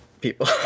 people